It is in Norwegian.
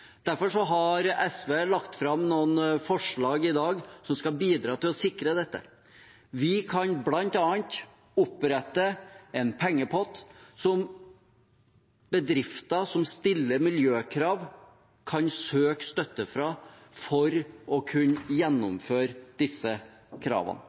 har SV lagt fram noen forslag i dag som skal bidra til å sikre dette. Vi kan bl.a. opprette en pengepott som bedrifter som stiller miljøkrav, kan søke støtte fra for å kunne gjennomføre disse kravene.